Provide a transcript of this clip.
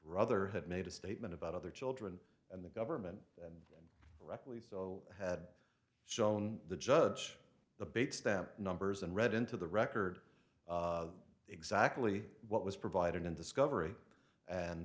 rather had made a statement about other children and the government and reckless so had shown the judge the bates stamp numbers and read into the record exactly what was provided in discovery and